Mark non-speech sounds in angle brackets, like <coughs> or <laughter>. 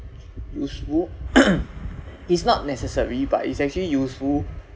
useful <coughs> it's not necessary but it's actually useful